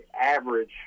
average